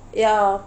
ya